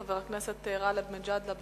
חבר הכנסת גאלב מג'אדלה.